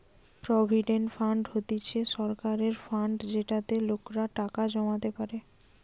provident fund হতিছে সরকারের fund যেটাতে লোকেরা টাকা জমাতে পারে